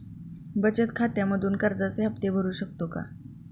बचत खात्यामधून कर्जाचे हफ्ते भरू शकतो का?